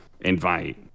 invite